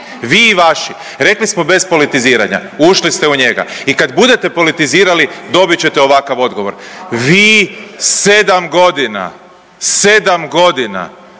Vi i vaši. Rekli smo bez politiziranja. Ušli ste u njega. I kad budete politizirali dobit ćete ovakav odgovor. Vi 7 godina, 7 godina